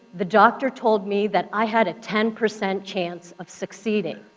the doctor told me that i had a ten percent chance of succeeding.